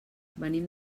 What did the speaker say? venim